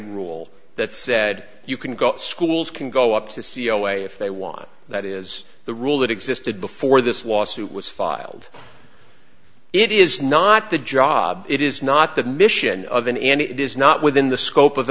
rule that said you can go to schools can go up the c e o way if they want that is the rule that existed before this lawsuit was filed it is not the job it is not the mission of an and it is not within the scope of